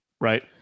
Right